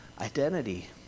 identity